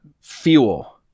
fuel